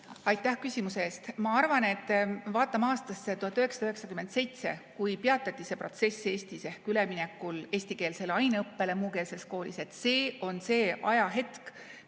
Aitäh küsimuse eest! Ma arvan, et vaatame aastasse 1997, kui peatati see protsess Eestis ehk üleminek eestikeelsele aineõppele muukeelses koolis. See on see ajahetk,